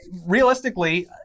Realistically